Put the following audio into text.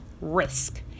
risk